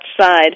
side